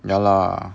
ya lah